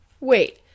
Wait